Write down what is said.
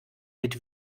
mit